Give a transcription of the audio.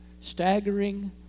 staggering